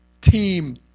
team